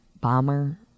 bomber